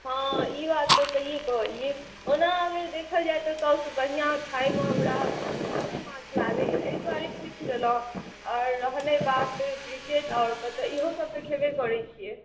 हँ ई बात तऽ सहिए कहलियै जेना अगर देखल जाय तऽ सभसँ बढ़िआँ खाइमे हमरा सिंगही माछ लागैए ताहि द्वारे पुछि लेलहुँ आ रहलै बात कि बिकेट आओर कातर इहोसभ तऽ खेबे करैत छियै